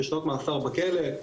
של שנות מאסר בכלא,